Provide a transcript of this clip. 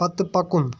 پَتہٕ پکُن